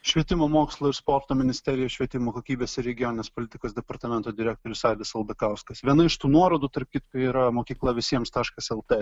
švietimo mokslo ir sporto ministerijos švietimo kokybės ir regioninės politikos departamento direktorius aidas aldakauskas viena iš tų nuorodų tarp kitko yra mokykla visiems taškas lt